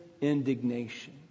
indignation